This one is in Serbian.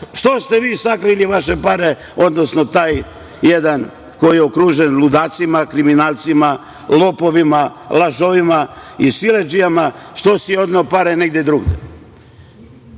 Što ste vi sakrili vaše pare, odnosno taj jedan koji je okružen ludacima, kriminalcima, lopovima, lažovima i siledžijama? Što si odneo pare negde drugde?